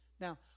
Now